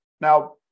now